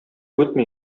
үтми